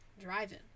driving